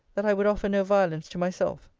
that i would offer no violence to myself.